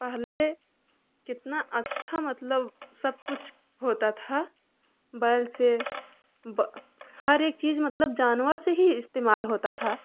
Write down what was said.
पहले कितना अच्छा मतलब सब कुछ होता था बैल से ब हर एक चीज़ मतलब जानवर से ही इस्तेमाल होता था